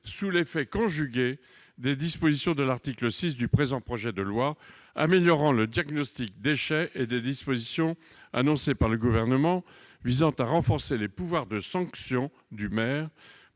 sous l'effet conjugué des dispositions de l'article 6 du présent projet de loi, améliorant le « diagnostic déchets », et des dispositions annoncées par le Gouvernement pour renforcer les pouvoirs de sanction des maires